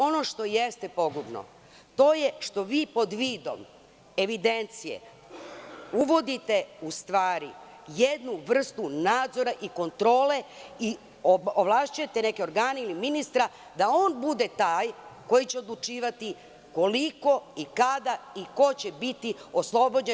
Ono što je jeste pogubno, to je što vi pod vidom evidencije uvodite u stvari jednu vrstu nadzora i kontrole i ovlašćujete neke organe i ministra da on bude taj koji će odlučivati koliko, kada i ko će biti oslobođen.